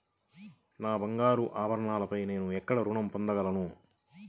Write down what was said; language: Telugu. నా బంగారు ఆభరణాలపై నేను ఎక్కడ రుణం పొందగలను?